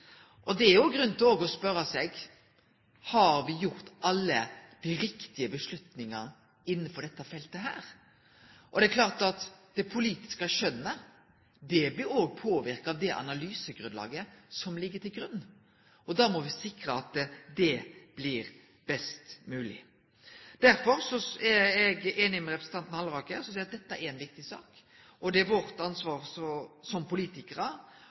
Det er òg grunn til å spørje seg: Har me gjort alle dei riktige avgjerdene innanfor dette feltet? Det er klart at det politiske skjønnet også blir påverka av det analysegrunnlaget som ligg til grunn. Da må me sikre at det blir best mogleg. Derfor er eg einig med representanten Halleraker som seier at dette er ei viktig sak. Det er vårt ansvar som politikarar